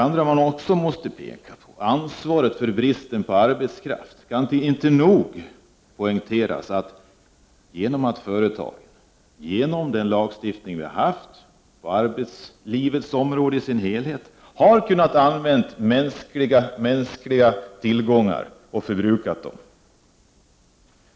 Jag måste också peka på ansvaret för bristen på arbetskraft. Det kan inte nog poängteras att företag, genom den lagstiftning vi haft på arbetslivets område i dess helhet, har kunnat använda mänskliga tillgångar och förbruka dem.